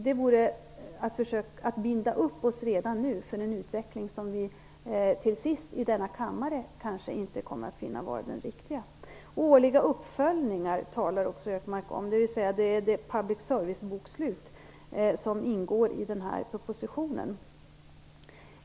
Det vore att binda upp oss redan nu för en utveckling som vi till sist i denna kammare kanske inte kommer att finna vara den riktiga. Hökmark talar också som årliga uppföljningar, dvs. det public service-bokslut som ingår i propositionen.